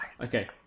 Okay